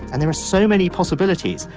and there are so many possibilities.